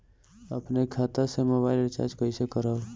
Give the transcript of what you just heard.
अपने खाता से मोबाइल रिचार्ज कैसे करब?